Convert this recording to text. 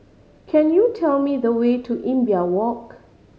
could you tell me the way to Imbiah Walk